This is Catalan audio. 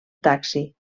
taxi